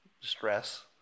stress